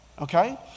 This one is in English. Okay